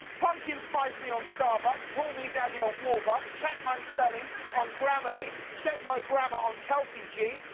pumpkin spice me on starbucks, call me daddy on warbucks. check my spelling on grammarly, check my grammer on kelsey g.